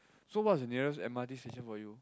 so what's the nearest m_r_t station for you